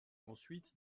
ensuite